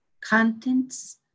contents